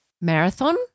marathon